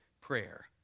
prayer